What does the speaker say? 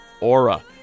Aura